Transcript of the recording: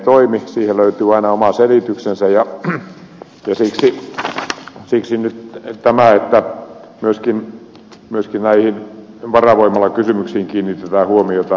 siihen löytyy aina oma selityksensä ja siksi nyt tämä että myöskin näihin varavoimalakysymyksiin kiinnitetään huomiota on hyvä asia